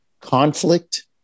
conflict